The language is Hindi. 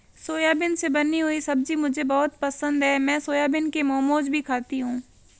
सोयाबीन से बनी हुई सब्जी मुझे बहुत पसंद है मैं सोयाबीन के मोमोज भी खाती हूं